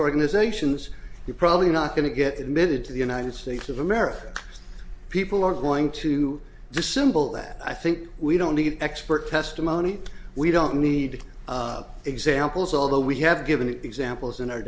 organizations you're probably not going to get admitted to the united states of america people are going to dissemble that i think we don't need expert testimony we don't need examples although we have given examples in our